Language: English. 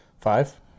five